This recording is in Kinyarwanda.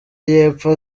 y’epfo